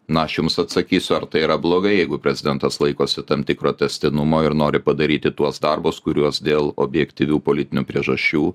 na aš jums atsakysiu ar tai yra blogai jeigu prezidentas laikosi tam tikro tęstinumo ir nori padaryti tuos darbus kuriuos dėl objektyvių politinių priežasčių